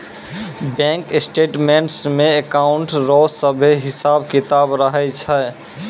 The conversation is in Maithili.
बैंक स्टेटमेंट्स मे अकाउंट रो सभे हिसाब किताब रहै छै